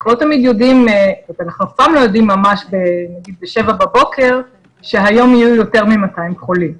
אנחנו אף פעם לא יודעים ממש ב-07:00 שהיום יהיו יותר מ-200 חולים.